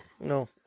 No